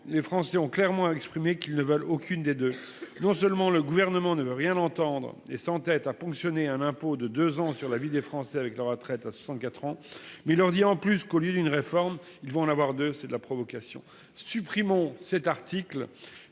les Français ont clairement exprimé qu'ils ne veulent aucune des deux non seulement le gouvernement ne veut rien entendre et sans tête à ponctionner un impôt de 2 ans sur la vie des Français avec la retraite à 64 ans mais il leur dit en plus collier d'une réforme, ils vont en avoir deux. C'est de la provocation supprimons cet article.